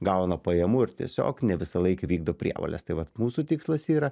gauna pajamų ir tiesiog ne visą laiką vykdo prievoles tai vat mūsų tikslas yra